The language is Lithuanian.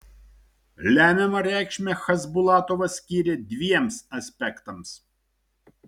lemiamą reikšmę chasbulatovas skyrė dviems aspektams